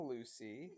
Lucy